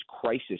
crisis